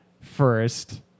first